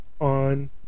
on